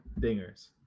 dingers